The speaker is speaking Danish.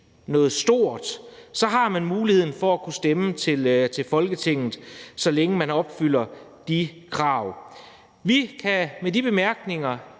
noget stort, så har man muligheden for at kunne stemme til Folketinget, så længe man opfylder de krav. Vi kan med disse bemærkninger